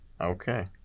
Okay